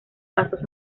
pasos